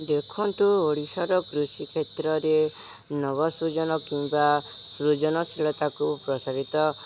ଦେଖନ୍ତୁ ଓଡ଼ିଶାର କୃଷି କ୍ଷେତ୍ରରେ ନବସୃଜନ କିମ୍ବା ସୃଜନଶୀଳତାକୁ ପ୍ରସାରିତ